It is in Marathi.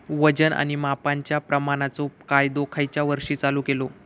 वजन आणि मापांच्या प्रमाणाचो कायदो खयच्या वर्षी चालू केलो?